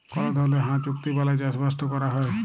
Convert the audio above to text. call ধরলের হাঁ চুক্তি বালায় চাষবাসট ক্যরা হ্যয়